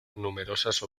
numerosas